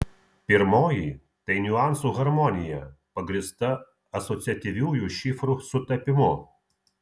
pirmoji tai niuansų harmonija pagrįsta asociatyviųjų šifrų sutapimu